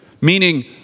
meaning